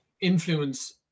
influence